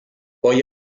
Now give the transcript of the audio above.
poi